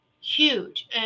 Huge